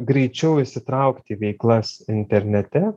greičiau įsitraukti į veiklas internete